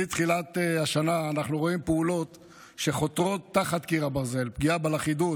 מתחילת השנה אנחנו רואים פעולות שחותרות תחת קיר הברזל: פגיעה בלכידות,